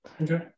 Okay